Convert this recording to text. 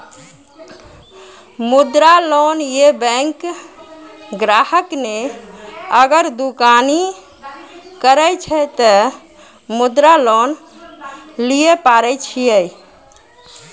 मुद्रा लोन ये बैंक ग्राहक ने अगर दुकानी करे छै ते मुद्रा लोन लिए पारे छेयै?